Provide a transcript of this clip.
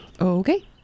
Okay